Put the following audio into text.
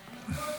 נתקבלו.